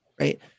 right